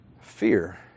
Fear